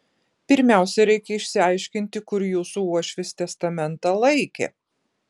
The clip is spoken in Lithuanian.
pirmiausia reikia išsiaiškinti kur jūsų uošvis testamentą laikė